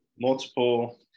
Multiple